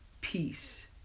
peace